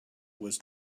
was